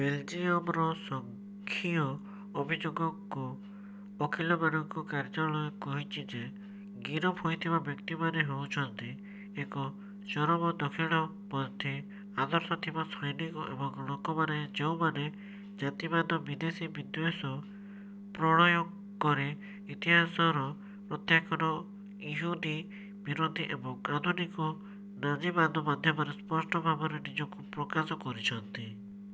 ବେଲ୍ଜିୟମର ସଂଘୀୟ ଅଭିଯୋଗକ ଓକିଲମାନଙ୍କ କାର୍ଯ୍ୟାଳୟ କହିଛି ଯେ ଗିରଫ୍ ହୋଇଥିବା ବ୍ୟକ୍ତିମାନେ ହେଉଛନ୍ତି ଏକ ଚରମ ଦକ୍ଷିଣପନ୍ଥୀ ଆଦର୍ଶ ଥିବା ସୈନିକ ଏବଂ ଲୋକମାନେ ଯେଉଁମାନେ ଜାତିବାଦ ବିଦେଶୀ ବିଦ୍ୱେଷ ପ୍ରଳୟଙ୍କରୀ ଇତିହାସର ପ୍ରତ୍ୟାଖ୍ୟାନ ଇହୁଦୀ ବିରୋଧୀ ଏବଂ ଆଧୁନିକ ନାଜିବାଦ ମାଧ୍ୟମରେ ସ୍ପଷ୍ଟ ଭାବରେ ନିଜକୁ ପ୍ରକାଶ କରିଛନ୍ତି